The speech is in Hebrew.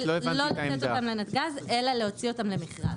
לא לתת אותם לנתג"ז אלא להוציא אותם למכרז.